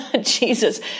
Jesus